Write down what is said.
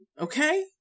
Okay